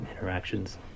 interactions